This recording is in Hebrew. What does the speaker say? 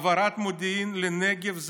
העברת מודיעין לנגב,